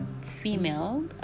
female